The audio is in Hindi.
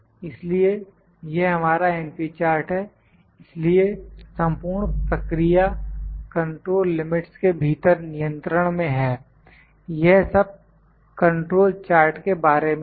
इसलिए यह हमारा np चार्ट है इसलिए संपूर्ण प्रक्रिया कंट्रोल लिमिट्स के भीतर नियंत्रण में है यह सब कंट्रोल चार्ट के बारे में था